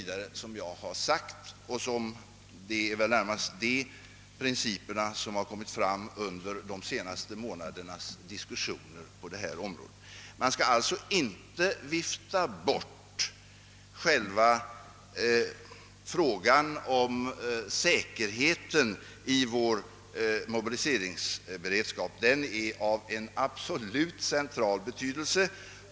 Såsom jag förut har sagt är det närmast dessa principer man kommit fram till under de senaste månadernas diskussioner. Man skall inte vifta bort själva frågan om säkerheten i vår mobiliseringsberedskap. Den är av en absolut central betydelse.